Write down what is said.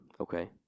Okay